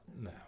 No